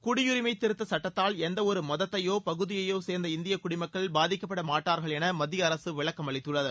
குடியுரிமை திருத்த சுட்டத்தால் எந்த ஒரு மதத்தையோ பகுதியையோ சேர்ந்த இந்திய குடிமக்கள் பாதிக்கப்பட மாட்டார்கள் என மத்திய அரசு விளக்கமளித்துள்ளது